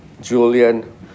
Julian